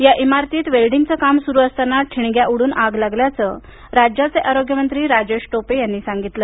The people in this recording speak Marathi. या इमारतीत वेल्डिंगचं काम सुरू असताना ठिणग्या उडून आग लागल्याचं राज्याचे आरोग्य मंत्री राजेश टोपे यांनी सांगितलं